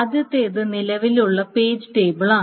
ആദ്യത്തേത് നിലവിലുള്ള പേജ് ടേബിളാണ്